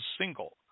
single